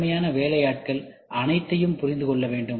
திறமையான வேலையாட்கள் அனைத்தையும் புரிந்து கொள்ள வேண்டும்